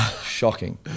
Shocking